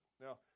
Now